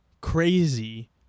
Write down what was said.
crazy